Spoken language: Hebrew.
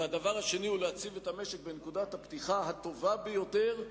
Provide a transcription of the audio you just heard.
והשני, להציב את המשק בנקודת הפתיחה הטובה ביותר,